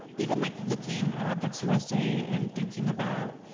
even like looking at objects usa, and thinking about,